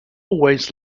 always